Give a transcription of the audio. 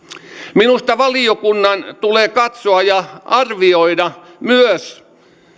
minusta valiokunnan tulee katsoa ja arvioida myös